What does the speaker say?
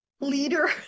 leader